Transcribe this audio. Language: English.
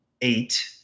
eight